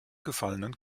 gefallenen